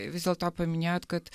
vis dėlto paminėjot kad